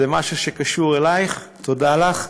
זה משהו שקשור אלייך, תודה לך,